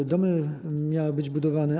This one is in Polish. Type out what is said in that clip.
Te domy miały być budowane.